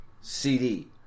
CD